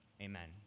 Amen